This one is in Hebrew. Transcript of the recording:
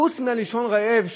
חוץ מלישון רעב,